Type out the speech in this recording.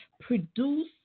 produce